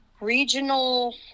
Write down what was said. regional